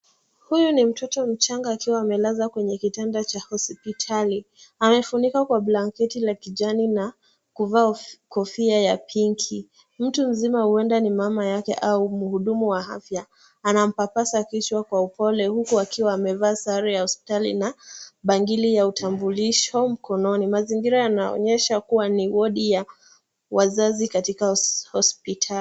Huyu ni mtuto mchanga akiwa amelazwa kwenye kitanda cha hosipitali. Amefunika kwa blanketi la kijani na kuvaa of kofia ya pinki. Mtu mzima huenda ni mama yake au mhudumu wa hafya, anampapasa kishwa kwa upole huku akiwa amevaa sare ya hospitali na bangili ya utambulisho mkononi. Mazingira yanaonyesha kuwa ni wodi ya wazazi katika hos hospita.